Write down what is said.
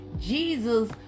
jesus